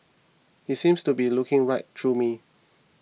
he seemed to be looking right through me